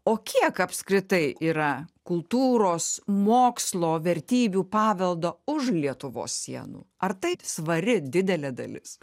o kiek apskritai yra kultūros mokslo vertybių paveldo už lietuvos sienų ar taip svari didelė dalis